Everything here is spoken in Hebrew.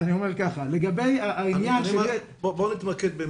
בוא נתמקד.